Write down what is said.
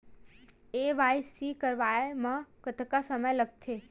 KYC करवात म कतका समय लगथे?